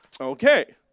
Okay